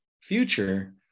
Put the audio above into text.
future